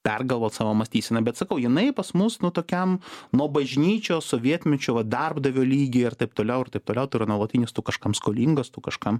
pergalvot savo mąstyseną bet sakau jinai pas mus nu tokiam no bažnyčios sovietmečio va darbdavio lygyje ir taip toliau ir taip toliau tai yra nuolatinis tu kažkam skolingas tu kažkam